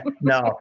No